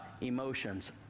emotions